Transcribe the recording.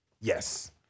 Yes